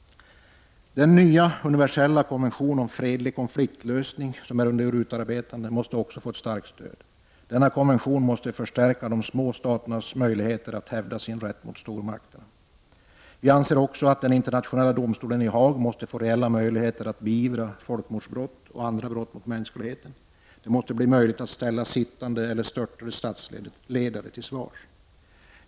Den nya universiella konvention om fredlig konfliktlösning som är under utarbetande måste också få ett starkt stöd. Denna konvention måste förstärka de små staternas möjligheter att hävda sin rätt mot stormakterna. Vi anser också att Internationella domstolen i Haag måste få reella möjligheter att beivra folkmordsbrott och andra brott mot mänskligheten. Det måste bli möjligt att ställa sittande eller störtade statsledare till svars.